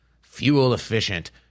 fuel-efficient